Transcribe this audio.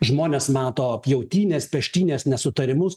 žmonės mato pjautynes peštynes nesutarimus